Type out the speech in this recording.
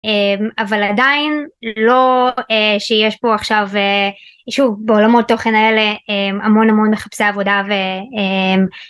אמ.. אבל עדיין לא אה.. שיש פה עכשיו אה.. שוב בעולמות תוכן האלה אמ.. המון המון מחפשי עבודה ו.. אמ..